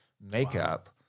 makeup